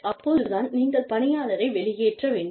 அப்போதுதான் நீங்கள் பணியாளரை வெளியேற்ற வேண்டும்